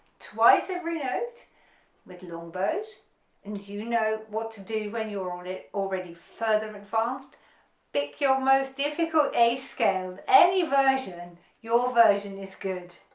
twice every note with long bows and you know what to do when you're on it already further advanced pick your most difficult a scale, any version, and your version is good,